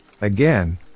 Again